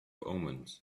omens